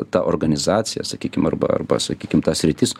ta organizacija sakykim arba arba sakykim ta sritis